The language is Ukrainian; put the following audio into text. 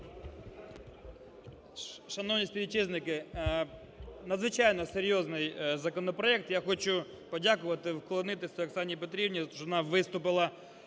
Шановні співвітчизники, надзвичайно серйозний законопроект. Я хочу подякувати і вклонитись Оксані Петрівні за те, що вона виступила